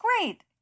great